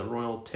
Royal